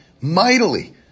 mightily